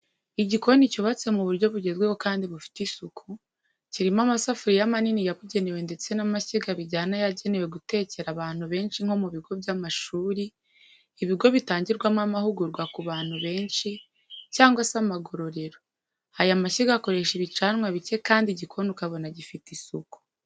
Igikoni cyubatse mu buryo bugezweho kandi bufite isuku, kirimo amasafuriya manini yabugenewe ndetse n'amashyiga bijyana yagenewe gutekera abantu benshi nko mu bigo by'amashuri, ibigo bitangirwamo amahugurwa ku bantu benshi, cyangwa se amagororero . Aya mashyiga akoresha ibicanwa bike kandi igikoni ukabona gifite isuku.